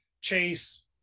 chase